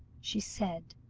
she said